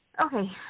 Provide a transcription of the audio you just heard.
Okay